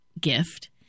gift